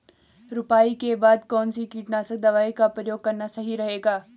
रुपाई के बाद कौन सी कीटनाशक दवाई का प्रयोग करना सही रहेगा?